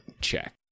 Check